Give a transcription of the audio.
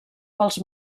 pels